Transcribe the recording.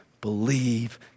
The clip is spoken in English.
believe